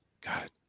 God